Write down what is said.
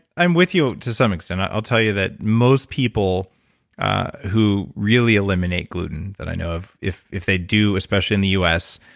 i'm with you to some extent. i'll tell you that most people who really eliminate gluten that i know of, if if they do, especially in the us,